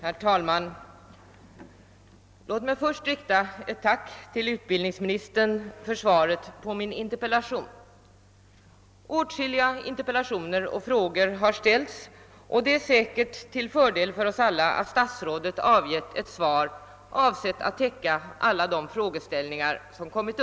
Herr talman! Jag vill först rikta ett tack till utbildningsministern för svaret på min interpellation. Åtskilliga interpellationer och frågor har ställts, och det är säkert till fördel för oss alla att statsrådet nu har avgivit ett svar som är avsett att täcka alla de frågeställningar som uppställts.